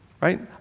right